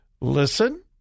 Listen